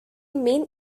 main